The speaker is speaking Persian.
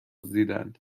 دزدیدند